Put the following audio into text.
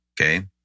Okay